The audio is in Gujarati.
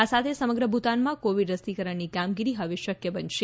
આ સાથે સમગ્ર ભૂતાનમાં કોવીડ રસીકરણની કામગીરી હવે શક્ય બનશે